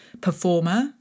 performer